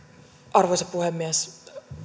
arvoisa puhemies